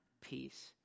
peace